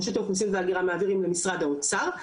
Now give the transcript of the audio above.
רשות האוכלוסין וההגירה מעבירים למשרד האוצר,